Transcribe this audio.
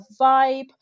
vibe